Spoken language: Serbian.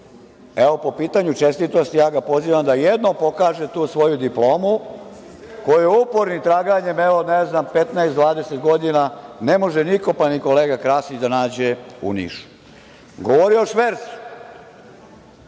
Evo, po pitanju čestitosti ja ga pozivam da jednom pokaže tu svoju diplomu koju upornim traganjem 15-20 godina ne može niko, pa ni kolega Krasić da nađe u Nišu. Govorio je o švercu,